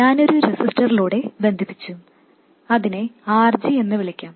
ഞാൻ ഒരു റെസിസ്റ്ററിലൂടെ ബന്ധിപ്പിച്ചു അതിനെ RG എന്ന് വിളിക്കാം